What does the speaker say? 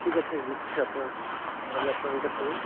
ঠিক আছে দিচ্ছি আপনার তার আগে আপনার এটা খুলুন